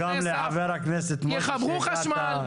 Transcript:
יחברו חשמל.